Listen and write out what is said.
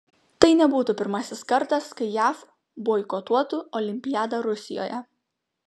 tai nebūtų pirmasis kartas kai jav boikotuotų olimpiadą rusijoje